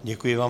Děkuji vám.